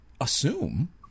assume